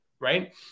Right